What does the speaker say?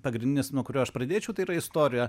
pagrindinis nuo kurio aš pradėčiau tai yra istorija